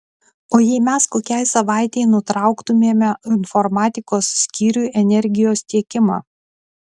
o jei mes kokiai savaitei nutrauktumėme informatikos skyriui energijos tiekimą